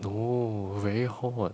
no very hot